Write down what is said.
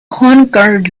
conquer